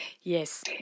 Yes